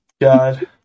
God